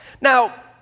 Now